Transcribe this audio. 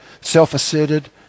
self-asserted